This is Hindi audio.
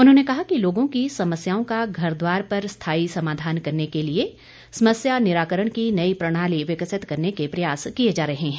उन्होंने कहा कि लोगों की समस्याओं का घर द्वार पर स्थायी समाधान करने के लिए समस्या निराकरण की नई प्रणाली विकसित करने के प्रयास किए जा रहे हैं